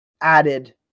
added